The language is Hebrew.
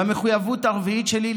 והמחויבות הרביעית שלי,